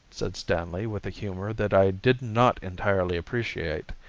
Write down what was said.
said stanley with a humor that i did not entirely appreciate.